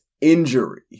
injury